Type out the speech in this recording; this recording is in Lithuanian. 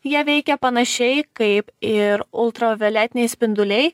jie veikia panašiai kaip ir ultravioletiniai spinduliai